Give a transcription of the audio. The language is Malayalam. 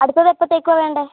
അടുത്തത് എപ്പത്തേക്കാണ് വേണ്ടേ